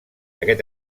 aquest